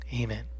Amen